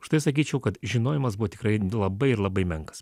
aš tai sakyčiau kad žinojimas buvo tikrai labai labai menkas